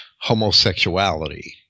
homosexuality